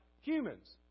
humans